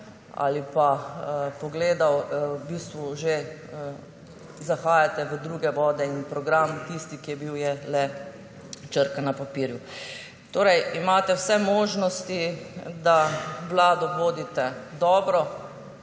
ali pa pogledal, v bistvu že zahajate v druge vode – program, tisti, ki je bil, le črka na papirju. Imate vse možnosti, da Vlado vodite dobro,